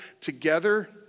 together